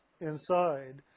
inside